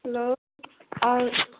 hello